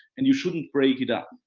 and you shouldn't break it up,